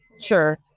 Sure